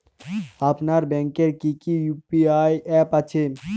আপনার ব্যাংকের কি কি ইউ.পি.আই অ্যাপ আছে?